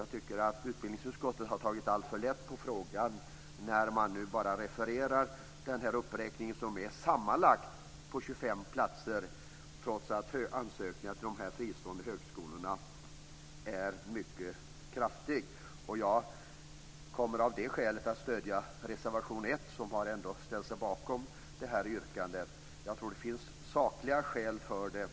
Jag tycker att utbildningsutskottet har tagit alltför lätt på frågan. Man refererar bara den här uppräkningen som är på sammanlagt 25 platser, trots att ansökningarna till de här fristående högskolorna är många. Av det skälet kommer jag att stödja reservation 1 där man har ställt sig bakom det här yrkandet. Jag tror att det finns sakliga skäl för detta.